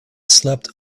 slept